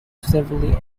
severely